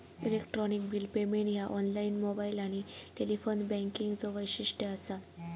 electronic bill payment ह्या online, mobile आणि telephone बँकिंगचो वैशिष्ट्य असा